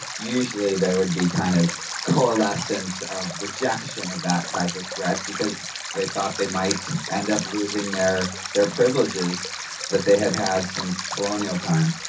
usually there would be kind of coalescence of rejection of that type of threat because they thought they might end up losing their privileges that they had had since colonial time.